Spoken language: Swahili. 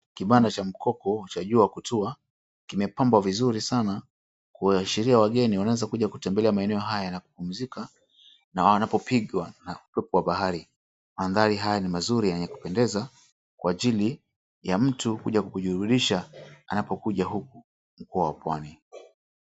Kibanda cha mkopo cha jua kutua kimepambwa vizuri sana kuashiria wageni wanaeza kuna kutembelea maeneo haya ya kupumzika na wanapopigwa na upepo wa bahari. Mandhari haya ni mazuri ya kupendeza kwa ajili ya mtu kuja kujiburidisha anapokuna huku mkoa wa Pwani.